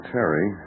Terry